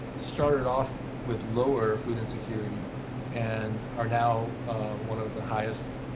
started off with lower food insecurity and are now one of the highest